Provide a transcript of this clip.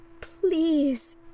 please